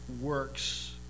works